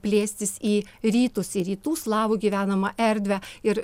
plėstis į rytus į rytų slavų gyvenamą erdvę ir